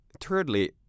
thirdly